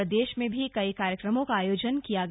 प्रदेश में भी कई कार्यक्रमों का आयोजन किया गया